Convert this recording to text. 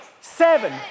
seven